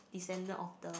descendant of the